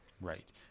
Right